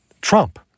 Trump